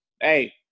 Hey